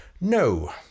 No